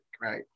right